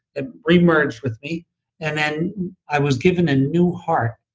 it remerged with me and then i was given a new heart,